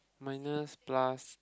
minus plus